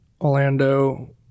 orlando